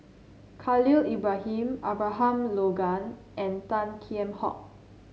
Khalil Ibrahim Abraham Logan and Tan Kheam Hock